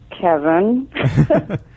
Kevin